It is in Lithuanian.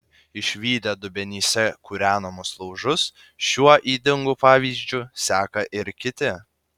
išvydę dubenyse kūrenamus laužus šiuo ydingu pavyzdžiu seka ir kiti